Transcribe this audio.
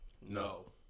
No